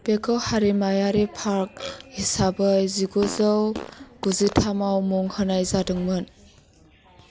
बेखौ हारिमायारि पार्क हिसाबै जिगुजौ गुजिथामाव मुं होनाय जादोंमोन